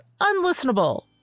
unlistenable